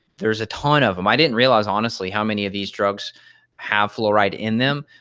there's a ton of them. i didn't realize honestly how many of these drugs have fluoride in them.